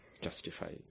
justify